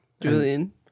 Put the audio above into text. Julian